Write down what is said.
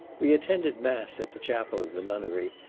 we attended mass at the chapel of the nunnery,